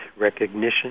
recognition